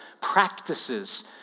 practices